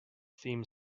theme